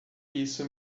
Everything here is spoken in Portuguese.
isso